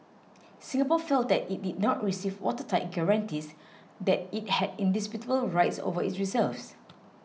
Singapore felt that it did not receive watertight guarantees that it had indisputable rights over its reserves